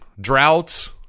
droughts